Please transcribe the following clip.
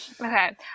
okay